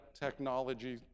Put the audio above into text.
technology